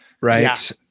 Right